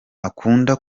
akunda